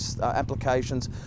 applications